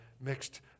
mixed